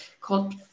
called